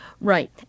Right